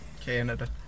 Canada